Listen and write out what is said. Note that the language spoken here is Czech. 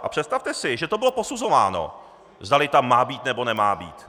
A představte si, že to bylo posuzováno, zdali tam má být, nebo nemá být.